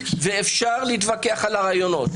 ואפשר להתווכח על הרעיונות,